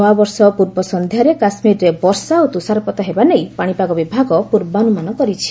ନ୍ତଆବର୍ଷ ପୂର୍ବ ସନ୍ଧ୍ୟାରେ କାଶ୍ମୀରରେ ବର୍ଷା ଓ ତୁଷାରପାତ ହେବା ନେଇ ପାଣିପାଗ ବିଭାଗ ପୂର୍ବାନୁମାନ କରିଛି